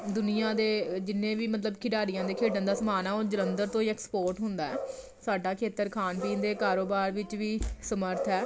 ਦੁਨੀਆ ਦੇ ਜਿੰਨੇ ਵੀ ਮਤਲਬ ਖਿਡਾਰੀਆਂ ਦੇ ਖੇਡਣ ਦਾ ਸਮਾਨ ਆ ਉਹ ਜਲੰਧਰ ਤੋਂ ਐਕਸਪੋਰਟ ਹੁੰਦਾ ਸਾਡਾ ਖੇਤਰ ਖਾਣ ਪੀਣ ਦੇ ਕਾਰੋਬਾਰ ਵਿੱਚ ਵੀ ਸਮਰੱਥ ਹੈ